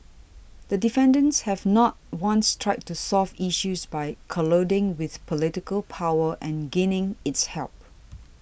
the defendants have not once tried to solve issues by colluding with political power and gaining its help